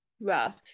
rough